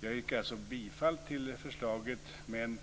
väckts en rad motioner.